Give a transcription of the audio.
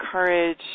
encourage